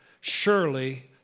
Surely